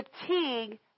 fatigue